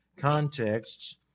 contexts